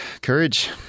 Courage